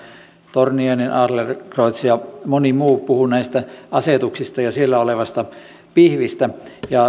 torniainen adlercreutz ja moni muu puhuivat näistä asetuksista ja siellä olevasta pihvistä